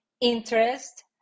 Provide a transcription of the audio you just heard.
interest